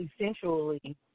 essentially